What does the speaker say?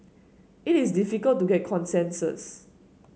it is difficult to get consensus